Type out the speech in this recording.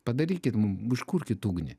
padarykit mum užkurkit ugnį